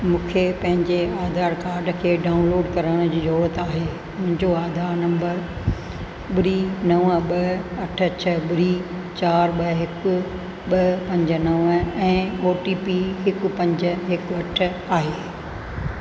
मूंखे पंहिंजे आधार कार्ड खे डाउनलोड करण जी ज़रूरत आहे मुंहिंजो आधार नम्बर ॿुड़ी नवं ॿ अठ छ्ह ॿुड़ी चार ॿ हिकु ॿ पंज नवं ऐं ओ टी पी हिकु पंज हिकु अठ आहे